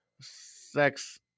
sex